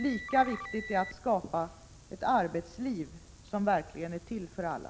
Lika viktigt är att skapa ett arbetsliv som verkligen är till för alla.